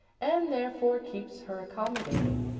and therefore keeps her accommodating.